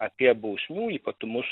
apie bausmių ypatumus